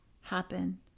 happen